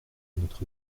notre